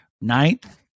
ninth